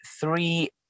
three